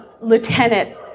lieutenant